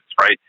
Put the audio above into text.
right